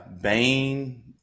Bane